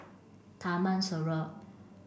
Taman Sireh